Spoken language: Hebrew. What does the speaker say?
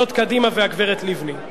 זאת קדימה והגברת לבני.